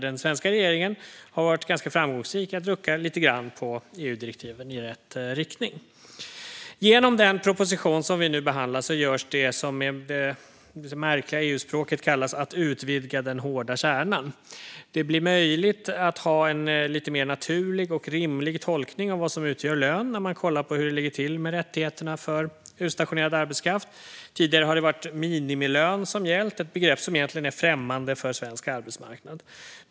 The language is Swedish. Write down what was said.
Den svenska regeringen har varit ganska framgångsrik med att rucka lite grann på EU-direktiven i rätt riktning. Genom den proposition som vi nu behandlar görs det som med det märkliga EU-språket kallas "att utvidga den hårda kärnan". Det blir möjligt att ha en lite mer naturlig och rimlig tolkning av vad som utgör lön när man kollar på hur det ligger till med rättigheterna för utstationerad arbetskraft. Tidigare har "minimilön" gällt, ett begrepp som egentligen är främmande för svensk arbetsmarknad.